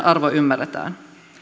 arvo ymmärretään